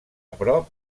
prop